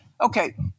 Okay